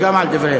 וגם על דבריהם.